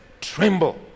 tremble